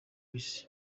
isi